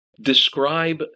describe